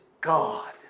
God